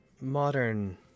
Modern